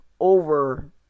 over